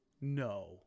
No